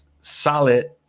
solid